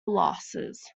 losses